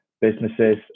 businesses